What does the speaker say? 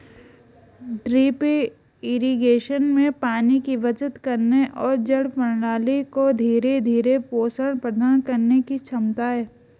drip irrigation में पानी की बचत करने और जड़ प्रणाली को धीरे धीरे पोषण प्रदान करने की क्षमता है